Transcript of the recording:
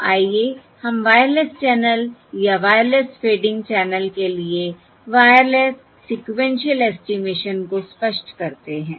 तो आइए हम वायरलेस चैनल या वायरलेस फेडिंग चैनल के लिए वायरलेस सीक्वेन्शिअल एस्टिमेशन को स्पष्ट करते हैं